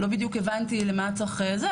לא בדיוק הבנתי למה צריך את זה,